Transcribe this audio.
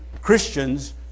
Christians